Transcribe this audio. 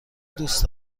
دوست